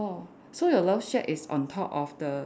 so your love shack is on top of the